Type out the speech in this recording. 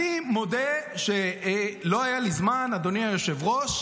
אני מודה שלא היה לי זמן, אדוני היושב-ראש,